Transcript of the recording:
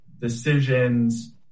decisions